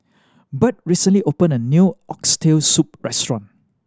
Birt recently opened a new Oxtail Soup restaurant